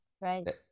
right